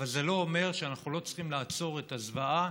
אבל זה לא אומר שאנחנו לא צריכים לעצור את הזוועה